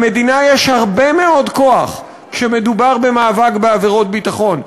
למדינה יש הרבה מאוד כוח כשמדובר במאבק בעבירות ביטחון,